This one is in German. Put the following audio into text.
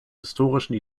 historischen